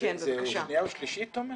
שאפשר לשכנע.